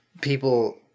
people